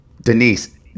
Denise